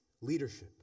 leadership